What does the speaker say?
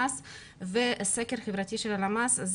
המרכזית לסטטיסטיקה וסקר חברתי של הלשכה המרכזית לסטטיסטיקה.